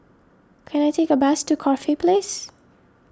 can I take a bus to Corfe Place